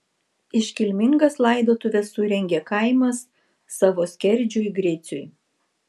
iškilmingas laidotuves surengė kaimas savo skerdžiui griciui